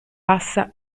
passa